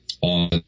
on